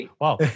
Wow